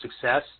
success